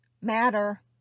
matter